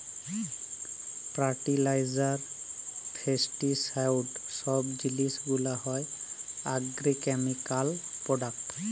fertiliser, pesticide সব জিলিস গুলা হ্যয় আগ্রকেমিকাল প্রোডাক্ট